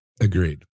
Agreed